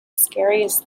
scariest